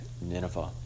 Nineveh